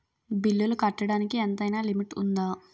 బిల్లులు కట్టడానికి ఎంతైనా లిమిట్ఉందా?